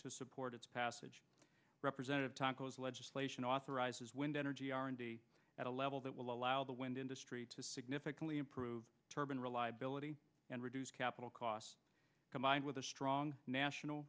to support its passage representative taco's legislation authorizes wind energy r and d at a level that will allow the wind industry to significantly improve turban reliability and reduce capital costs combined with a strong national